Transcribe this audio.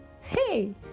Hey